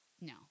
no